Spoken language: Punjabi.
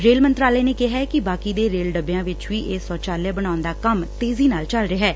ਰੇਲ ਮੰਤਰਾਲੇ ਨੇ ਕਿਹੈ ਕਿ ਬਾਕੀ ਦੇ ਰੇਲ ਡੱਬਿਆਂ ਚ ਵੀ ਇਹ ਸ਼ੋਚਾਲਿਆ ਬਣਾਉਣ ਦਾ ਕੰਮ ਤੇਜ਼ੀ ਨਾਲ ਚਲ ਰਿਹੈ